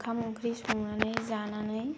ओंखाम ओंख्रि संनानै जानानै